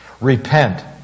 Repent